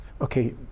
Okay